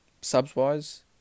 Subs-wise